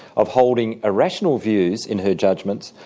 of holding irrational views in her judgments,